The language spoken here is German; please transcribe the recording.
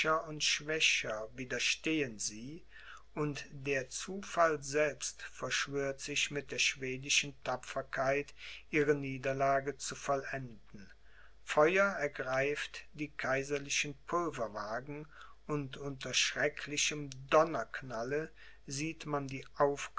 und schwächer widerstehen sie und der zufall selbst verschwört sich mit der schwedischen tapferkeit ihre niederlage zu vollenden feuer ergreift die kaiserlichen pulverwagen und unter schrecklichem donnerknalle sieht man die